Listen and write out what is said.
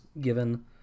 given